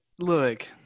look